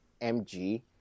MG